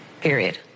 period